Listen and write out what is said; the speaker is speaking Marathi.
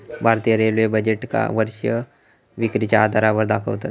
भारतीय रेल्वे बजेटका वर्षीय विक्रीच्या आधारावर दाखवतत